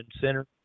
center